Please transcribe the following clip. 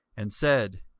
and said,